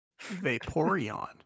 Vaporeon